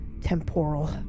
temporal